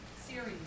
series